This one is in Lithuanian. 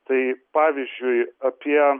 tai pavyzdžiui apie